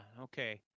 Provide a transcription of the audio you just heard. Okay